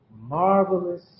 marvelous